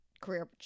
career